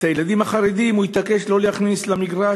את הילדים החרדים הוא התעקש לא להכניס למגרש,